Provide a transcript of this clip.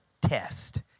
test